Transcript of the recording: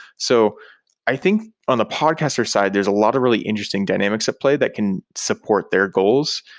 so i think on the podcaster side, there's a lot of really interesting dynamics at play that can support their goals.